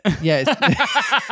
yes